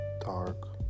dark